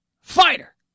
fighter